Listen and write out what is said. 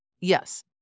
Yes